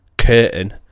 curtain